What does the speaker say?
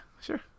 sure